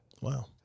Wow